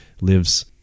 lives